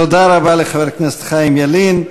תודה רבה לחבר הכנסת חיים ילין.